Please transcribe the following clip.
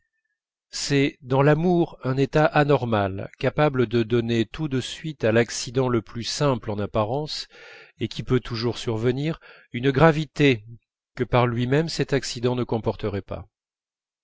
c'est dans l'amour un état anormal capable de donner tout de suite à l'accident le plus simple en apparence et qui peut toujours survenir une gravité que par lui-même cet accident ne comporterait pas